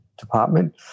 department